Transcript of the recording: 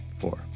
Four